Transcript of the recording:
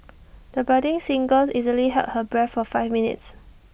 the budding singer easily held her breath for five minutes